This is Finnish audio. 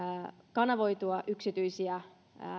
kanavoitua yksityisiä